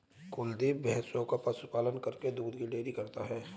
कुलदीप भैंसों का पशु पालन करके दूध की डेयरी करता है